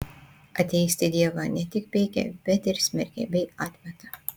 ateistai dievą ne tik peikia bet ir smerkia bei atmeta